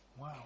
Wow